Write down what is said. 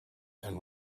and